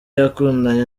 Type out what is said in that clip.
yakundanye